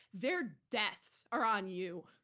their deaths are on you.